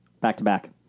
back-to-back